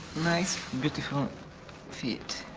nice, beautiful feet.